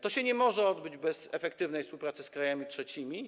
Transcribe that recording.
To się nie może odbyć bez efektywnej współpracy z krajami trzecimi.